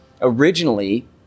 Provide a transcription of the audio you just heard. originally